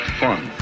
fun